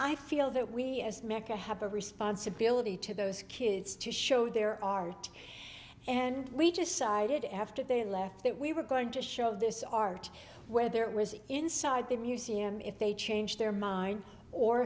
i feel that we as mecca have a responsibility to those kids to show their art and we just sided after they left that we were going to show this art whether it was inside the museum if they changed their mind or